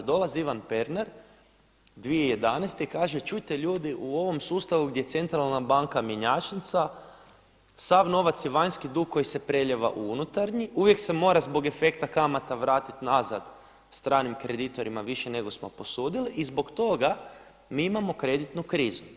Dolazi Ivan Pernar 2011. i kaže, čujte ljudi u ovom sustavu gdje je centralna banka mjenjačnica sav novac je vanjski dug koji se prelijeva u unutarnji, uvijek se mora zbog efekta kamata vratiti nazad stranim kreditorima više nego smo posudili i zbog toga mi imamo kreditnu krizu.